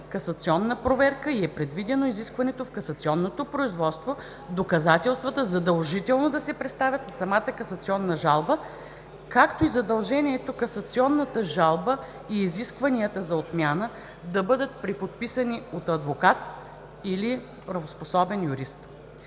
касационна проверка и е предвидено изискването в касационното производство доказателствата задължително да се представят със самата касационна жалба, както и задължението касационната жалба и исканията за отмяна да бъдат преподписани от адвокат или правоспособен юрист.